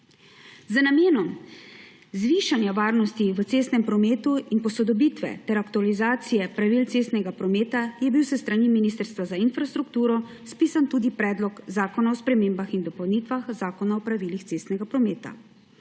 Z namenom zvišanja varnosti v cestnem prometu in posodobitve ter aktualizacije pravil cestnega prometa je bil s strani Ministrstva za infrastrukturo spisan tudi Predlog zakona o spremembah in dopolnitvah Zakona o pravilih cestnega prometa.